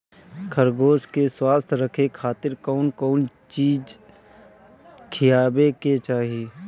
खरगोश के स्वस्थ रखे खातिर कउन कउन चिज खिआवे के चाही?